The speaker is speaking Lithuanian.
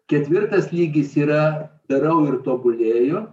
ketvirtas lygis yra darau ir tobulėju